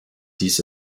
dies